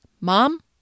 Mom